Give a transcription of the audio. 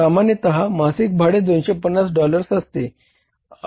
सामान्यतः मासिक भाडे 250 डॉलर्स असते